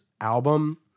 album